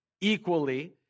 equally